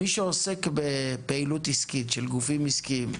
מי שעוסק בפעילות עסקית של גופים עסקיים באוצר,